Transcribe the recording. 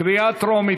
קריאה טרומית,